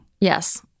yes